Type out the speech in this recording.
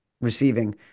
receiving